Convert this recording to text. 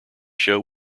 show